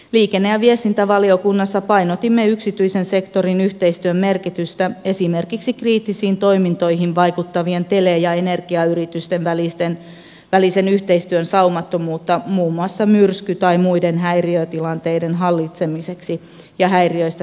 liikenne ja viestintävaliokunnassa painotimme yksityisen sektorin yhteistyön merkitystä esimerkiksi kriittisiin toimintoihin vaikuttavien tele ja energiayritysten välisen yhteistyön saumattomuutta muun muassa myrsky tai muiden häiriötilanteiden hallitsemiseksi ja häiriöistä selviämiseksi